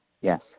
Yes